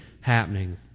happening